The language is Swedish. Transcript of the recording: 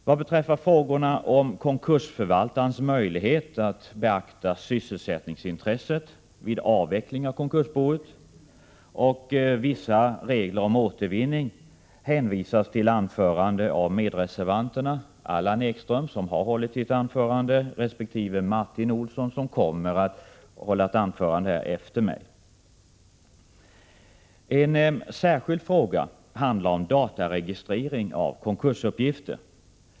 Vad beträffar frågorna om konkursförvaltarens möjlighet att beakta sysselsättningsintresset vid avveckling av konkursboet och vissa regler om återvinning hänvisas till anföranden av medreservanterna Allan Ekström, som har hållit sitt anförande, resp. Martin Olsson, som kommer att hålla sitt anförande efter mig. En särskild fråga handlar om dataregistrering av konkursuppgifter.